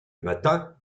matin